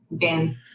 dance